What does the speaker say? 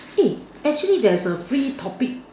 eh actually there's a free topic